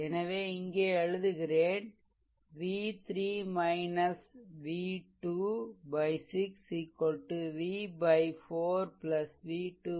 எனவே இங்கே எழுதுகிறேன் v3 v2 6 v 4 v2 6